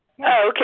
Okay